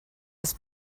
des